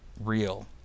real